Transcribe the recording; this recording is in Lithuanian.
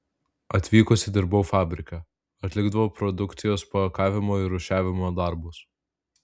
atvykusi dirbau fabrike atlikdavau produkcijos pakavimo ir rūšiavimo darbus